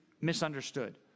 misunderstood